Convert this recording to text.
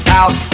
out